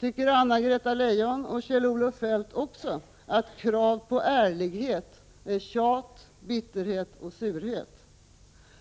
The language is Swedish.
Tycker Anna-Greta Leijon och Kjell-Olof Feldt också att krav på ärlighet är tjat, bitterhet, surhet?